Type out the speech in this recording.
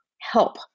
help